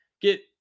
Get